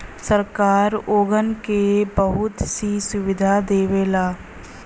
सरकार ओगन के बहुत सी सुविधा देवला